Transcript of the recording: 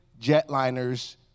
jetliners